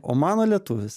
o mano lietuvis